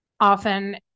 often